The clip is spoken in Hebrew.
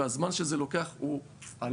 והזמן שזה לוקח עלה,